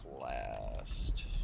last